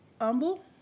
humble